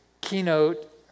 keynote